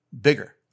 bigger